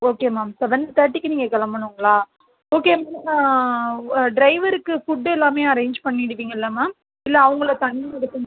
okay ma'am seven தேர்ட்டிக்கு நீங்கள் கிளம்பணுங்களா ஓகே ஓ டிரைவருக்கு ஃபுட் எல்லாமே அரேஞ்ச் பண்ணிடுவீங்கல்ல மேம் இல்லை அவங்கள தனி எடுக்கணும்